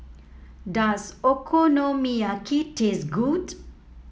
does Okonomiyaki taste good